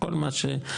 כל מה שרלוונטי.